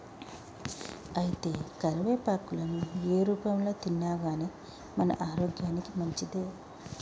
అయితే కరివేపాకులను ఏ రూపంలో తిన్నాగానీ మన ఆరోగ్యానికి మంచిదే